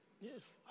Yes